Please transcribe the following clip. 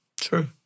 True